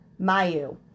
mayu